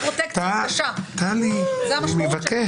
טלי, אני מבקש.